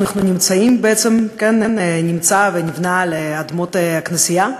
נמצאים נמצא ונבנה על אדמות הכנסייה,